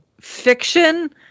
fiction